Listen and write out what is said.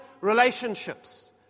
relationships